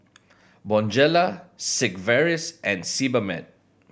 Bonjela Sigvaris and Sebamed